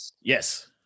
yes